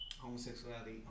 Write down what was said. Homosexuality